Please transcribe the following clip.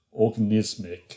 Organismic